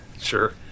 sure